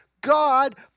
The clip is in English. God